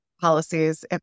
policies